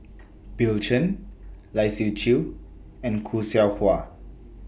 Bill Chen Lai Siu Chiu and Khoo Seow Hwa